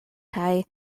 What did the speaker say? kaj